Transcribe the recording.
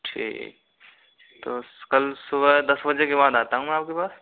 ठीक तो कल सुबह दस बजे के बाद आता हूँ आपके पास